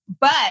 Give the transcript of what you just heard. But-